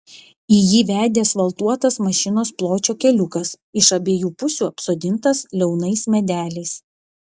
į jį vedė asfaltuotas mašinos pločio keliukas iš abiejų pusių apsodintas liaunais medeliais